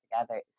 together